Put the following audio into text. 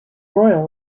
royal